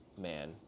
man